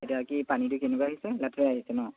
এতিয়া কি পানীটো কেনেকুৱা আহিছে লেতেৰাই আহিছে ন